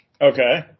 Okay